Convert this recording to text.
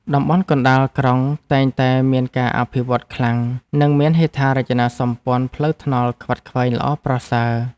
តំបន់កណ្តាលក្រុងតែងតែមានការអភិវឌ្ឍខ្លាំងនិងមានហេដ្ឋារចនាសម្ព័ន្ធផ្លូវថ្នល់ខ្វាត់ខ្វែងល្អប្រសើរ។